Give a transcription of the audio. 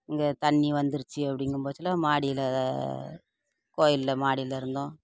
இங்கே தண்ணி வந்துருச்சு அப்படிங்கும்போதெல்லாம் மாடியில் கோவில்ல மாடியில் இருந்தோம்